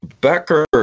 Becker